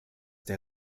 der